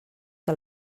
que